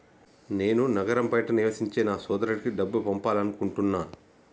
నేను నగరం బయట నివసించే నా సోదరుడికి డబ్బు పంపాలనుకుంటున్నా